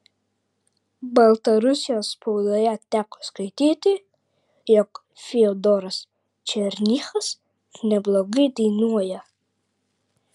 baltarusijos spaudoje teko skaityti jog fiodoras černychas neblogai dainuoja